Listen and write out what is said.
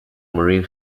marine